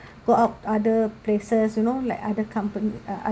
go out other places you know like other company uh